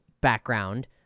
background